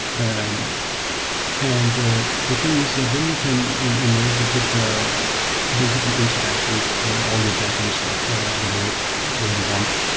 and and ah the thing is that then you can in in node, you could basically interact with all your back-end stuff where you want it.